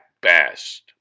best